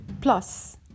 Plus